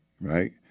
right